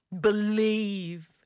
believe